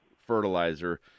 fertilizer